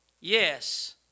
Yes